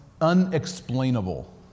unexplainable